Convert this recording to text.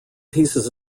pieces